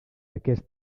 aquest